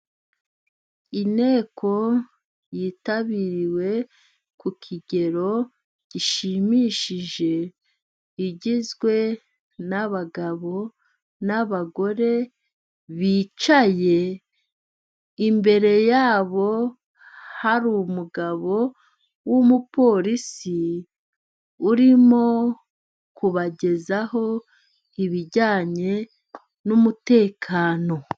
Inteko yitabiriwe ku kigero gishimishije. Igizwe n'abagabo n'abagore bicaye. Imbere yabo hari umugabo w'umupolisi urimo kubagezaho ibijyanye n'umutekano.